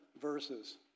verses